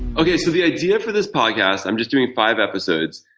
okay. so the idea for this podcast, i'm just doing five episodes,